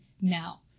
now